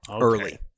early